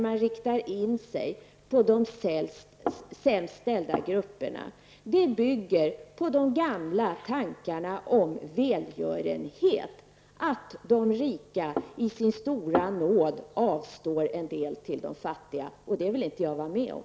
Inriktningen på de sämst ställda grupperna, bygger på de gamla tankarna om välgörenhet, att de rika i sin stora nåd avstår en del till de fattiga. Det vill jag inte vara med om.